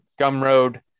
Gumroad